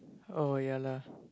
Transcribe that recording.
oh ya lah